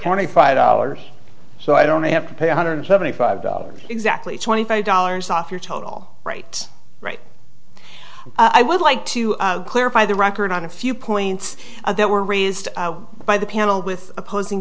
county five dollars so i don't have to pay one hundred seventy five dollars exactly twenty five dollars off your total write right i would like to clarify the record on a few points that were raised by the panel with opposing